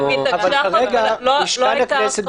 אבל כרגע משכן הכנסת,